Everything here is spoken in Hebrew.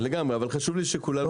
לגמרי, אבל חשוב לי שכולנו נבין.